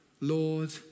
Lord